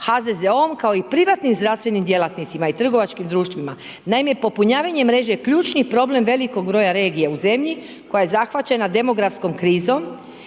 HZZO-om kao i privatnim zdravstvenim djelatnicima i trgovačkim društvima naime je popunjavanje mreže ključni problem velikog broja regija u zemlji koja je zahvaćena demografskom krizom